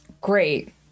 great